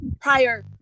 prior